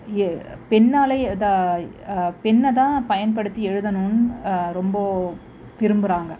ஏ பென்னாலேயே தான் பென்னை தான் பயன்படுத்தி எழுதணும்னு ரொம்ப விரும்புகிறாங்க